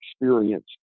experience